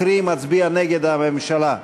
קרי מצביע נגד הממשלה.